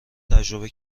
تجربه